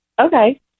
okay